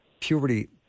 puberty